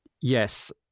yes